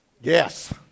Yes